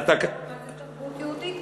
לבדוק מה זו תרבות יהודית.